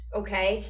okay